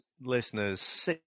listeners